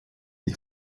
die